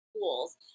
tools